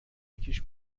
یکیش